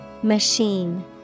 Machine